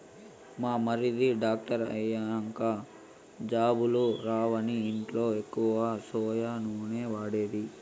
మా మరిది డాక్టర్ అయినంక జబ్బులు రావని ఇంట్ల ఎక్కువ సోయా నూనె వాడేది